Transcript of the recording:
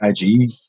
IG